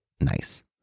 nice